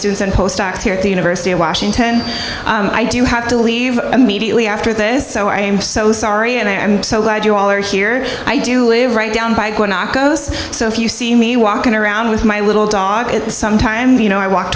d post acts here at the university of washington i do have to leave immediately after this so i am so sorry and i am so glad you all are here i do live right down by goes so if you see me walking around with my little dog sometimes you know i walk